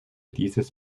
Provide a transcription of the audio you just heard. dieses